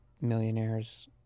millionaires